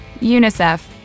UNICEF